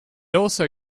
also